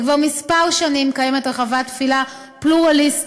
וכבר כמה שנים קיימת רחבת תפילה פלורליסטית,